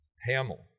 Hamill